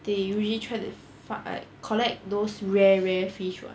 they really try to fight collect those rare rare fish [what]